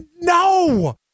No